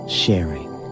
sharing